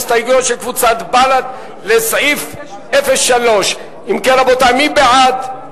הסתייגויות של קבוצת בל"ד לסעיף 03. מי בעד?